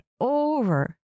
over